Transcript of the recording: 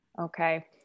Okay